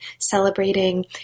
celebrating